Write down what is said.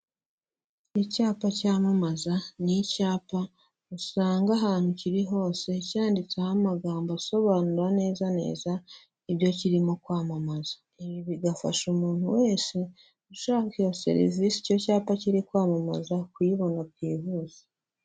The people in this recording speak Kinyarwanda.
Icyapa cyamamaza, ni icyapa usanga ahantu kiri hose cyanditseho amagambo asobanura neza neza ibyo kirimo kwamamaza, ibi bigafasha umuntu wese ushaka iyo serivisi icyo cyapa kiri kwamamaza, kuyibona byihuse.